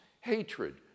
hatred